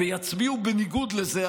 ויצביעו בניגוד לזה,